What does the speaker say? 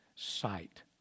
sight